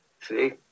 see